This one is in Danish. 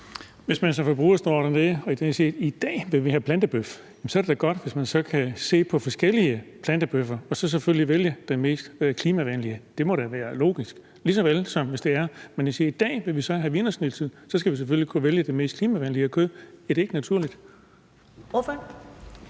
Hvis man som forbruger står dernede og siger, at man i dag vil have plantebøf, så er det da godt, hvis man kan se på forskellige plantebøffer og selvfølgelig vælge den mest klimavenlige. Det må da være logisk, lige såvel som det er, hvis man siger, at man i dag vil have wienerschnitzel. Så skal man selvfølgelig kunne vælge det mest klimavenlige kød. Er det ikke naturligt?